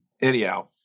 anyhow